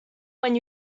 when